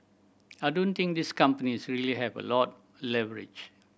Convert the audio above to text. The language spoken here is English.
I don't think these companies really have a lot leverage